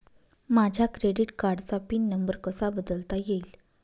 माझ्या क्रेडिट कार्डचा pin number कसा बदलता येईल?